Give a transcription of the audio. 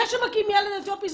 זה שמכים ילד אתיופי,